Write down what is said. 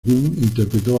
interpretó